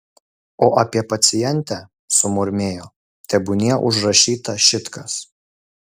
o apie pacientę sumurmėjo tebūnie užrašyta šit kas